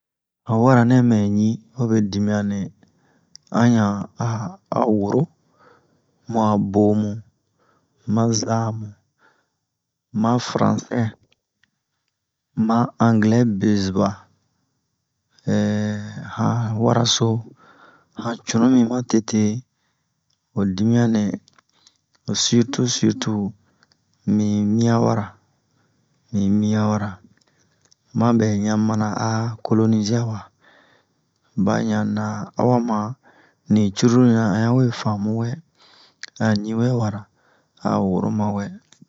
Han wara nɛ mɛ ɲi hobe dimiyan nɛ an ɲa a woro mu'a bomu ma zamu ma faransɛ ma anglɛ bezu'a han wara so han cunu mi ma tete ho dimiyan nɛ sirtu sirtu mi miyan wara mi miyan wara ma bɛ yan a mana a kolonize'a wa ba yan na a wa man ni cururu yan a yawe famu wɛ a ɲi wɛ wara a woro ma wɛ